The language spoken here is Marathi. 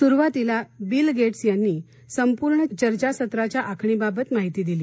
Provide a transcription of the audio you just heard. सुरुवातीला बिल गर्ट्झ यांनी संपूर्ण चर्चासत्राच्या आखणीबाबत माहिती दिली